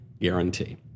guarantee